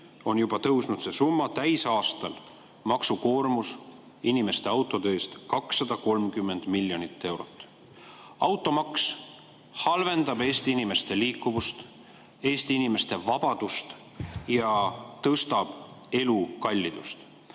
on juba tõusnud see summa: täisaastal maksukoormus inimeste autode eest 230 miljonit eurot. Automaks halvendab Eesti inimeste liikuvust, Eesti inimeste vabadust ja tõstab elukallidust.